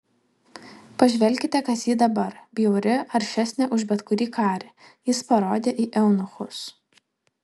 pažvelkite kas ji dabar bjauri aršesnė už bet kurį karį jis parodė į eunuchus